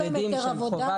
יש להם היתר עבודה.